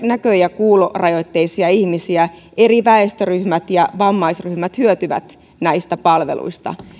näkö ja kuulorajoitteisia ihmisiä eri väestöryhmät ja vammaisryhmät hyötyvät näistä palveluista